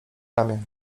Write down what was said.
ramię